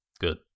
good